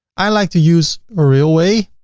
i like to use a raleway